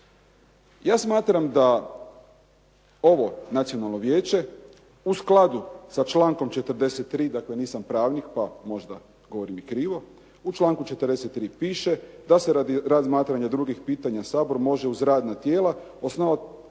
Ja smatram da ovo Nacionalno vijeće u skladu sa člankom 43., dakle nisam pravnik pa možda govorim i krivo. U članku 43. piše da se radi razmatranja drugih pitanja Sabor može uz radna tijela osnovana